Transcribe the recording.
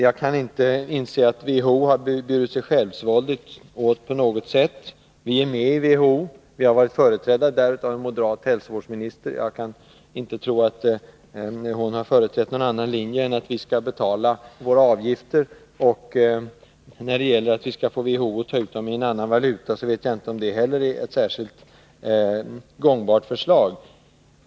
Jag kan inte inse att WHO har burit sig självsvåldigt åt. Vi är med i WHO. Vi har varit företrädda där av en moderat hälsovårdsminister. Jag kan inte tro att hon har hävdat någon annan linje än att vi skall betala våra avgifter. När det gäller förslaget att vi skall få WHO att ta ut avgifterna i en annan valuta, vet jag inte om det heller är särskilt genomtänkt.